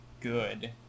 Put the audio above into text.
good